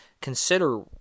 consider